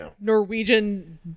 ...Norwegian